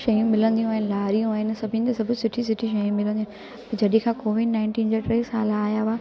शयूं मिलंदियूं आहिनि लारियूं आहिनि सभिनी जा सुठी सुठी शयूं मिलंदियूं आहिनि जॾहिं खां कोविड नाइनटिन जो टे साल आयो आहे